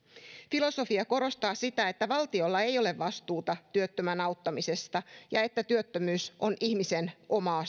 filosofia korostaa sitä että valtiolla ei ole vastuuta työttömän auttamisesta ja että työttömyys on ihmisen omaa